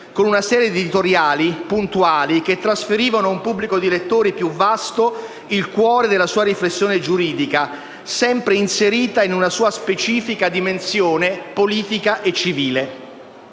con una serie di editoriali puntuali che trasferirono a un pubblico di lettori più vasti il cuore della sua riflessione giuridica, sempre inserita in una sua specifica dimensione politica e civile.